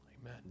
Amen